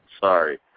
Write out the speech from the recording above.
Sorry